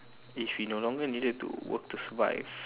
if you no longer needed to work to survive